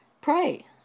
pray